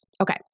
Okay